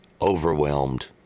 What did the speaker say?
overwhelmed